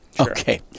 Okay